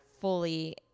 fully